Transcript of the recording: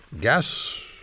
gas